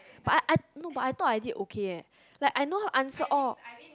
but I I thought I did okay leh like I know answer all